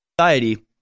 society